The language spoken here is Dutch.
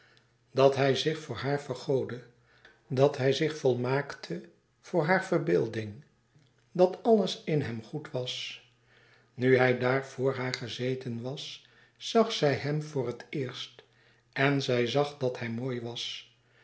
dat hij zich voor haar vergoodde dat hij zich volmaakte voor hare verbeelding dat alles in hem goed was nu hij daar voor haar gezeten was zag zij hem voor het eerst en zij zag dat hij mooi was